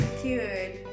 cute